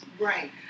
Right